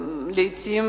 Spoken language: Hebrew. לעתים